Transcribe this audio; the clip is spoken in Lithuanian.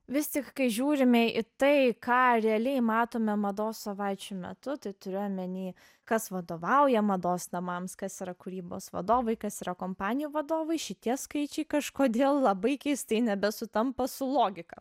vis tik kai žiūrime į tai ką realiai matome mados savaičių metu tai turiu omeny kas vadovauja mados namams kas yra kūrybos vadovai kas yra kompanijų vadovai šitie skaičiai kažkodėl labai keistai nebesutampa su logika